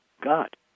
God